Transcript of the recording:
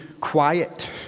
quiet